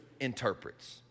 interprets